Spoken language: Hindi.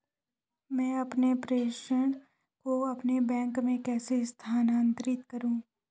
मैं अपने प्रेषण को अपने बैंक में कैसे स्थानांतरित करूँ?